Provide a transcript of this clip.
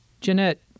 Jeanette